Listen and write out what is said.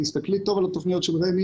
תסתכלי טוב על התוכניות של רמ"י.